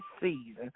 season